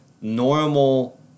normal